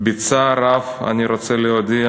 "בצער רב אני רוצה להודיע